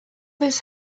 this